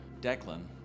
Declan